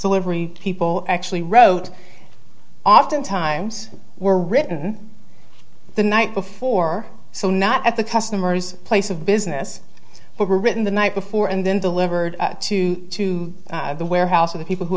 so livery people actually wrote often times were written the night before so not at the customer's place of business but were written the night before and then delivered to the warehouse of the people who